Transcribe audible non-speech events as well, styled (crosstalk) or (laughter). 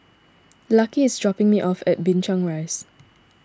(noise) Lucky is dropping me off at Binchang Rise